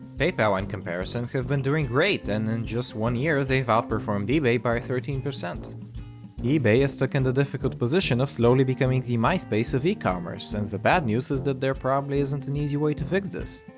paypal, in comparison, have been doing great and in just one year they've outperformed ebay by thirteen. ebay is stuck in the difficult position of slowly becoming the myspace of e-commerce, and the bad news is that there probably isn't an easy way to fix this.